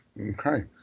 Okay